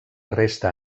resta